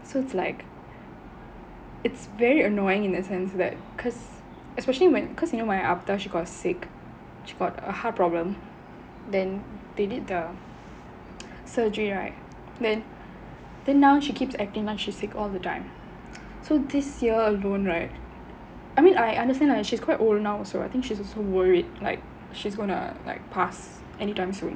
so it's like it's very annoying in the sense that because especially when because you know why after she got sick she got a heart problem then they did the surgery right then then now she keeps acting now she's sick all the time so this year alone right I mean I understand ah she quite old now also I think she's also worried like she's going to like pass anytime soon